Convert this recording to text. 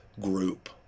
group